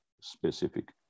specific